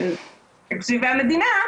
במערכת הבריאות הנפש,